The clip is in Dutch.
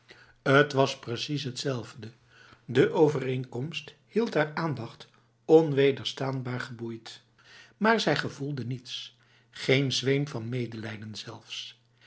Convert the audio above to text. t was precies hetzelfde de overeenkomst hield haar aandacht onwederstaanbaar geboeid maar zij gevoelde niets geen zweem van medelijden zelfs